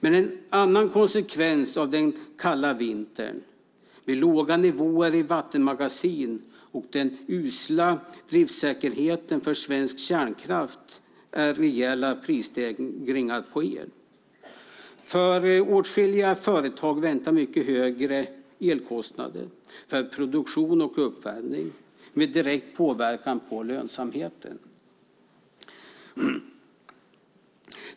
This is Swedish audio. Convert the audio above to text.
En annan konsekvens av den kalla vintern med låga nivåer i vattenmagasin och den usla driftsäkerheten för svensk kärnkraft är rejäla prisstegringar på el. För åtskilliga företag väntar mycket högre elkostnader för produktion och uppvärmning med påverkan på lönsamheten.